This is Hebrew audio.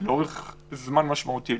לאורך זמן משמעותי,